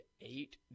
eight